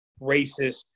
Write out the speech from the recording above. racist